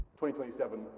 2027